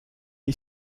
est